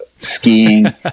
skiing